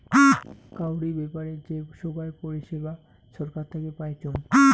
কাউরি ব্যাপারে যে সোগায় পরিষেবা ছরকার থাকি পাইচুঙ